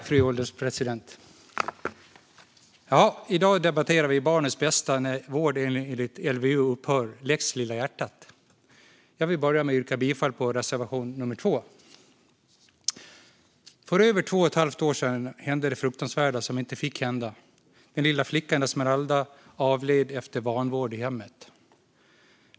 Fru ålderspresident! I dag debatterar vi Barnets bästa när vård enligt LVU upphör - lex lilla hjärtat . Jag vill börja med att yrka bifall till reservation nummer 2. För över två och ett halvt år sedan hände det fruktansvärda som inte fick hända: den lilla flickan Esmeralda avled efter vanvård i hemmet.